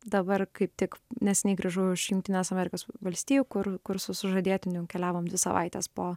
dabar kaip tik neseniai grįžau iš jungtinės amerikos valstijų kur kur su sužadėtiniu keliavom dvi savaites po